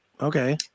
Okay